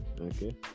okay